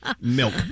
Milk